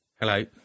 Hello